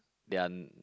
they are